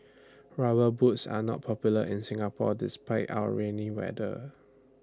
rubber boots are not popular in Singapore despite our rainy weather